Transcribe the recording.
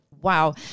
wow